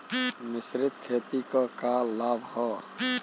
मिश्रित खेती क का लाभ ह?